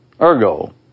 Ergo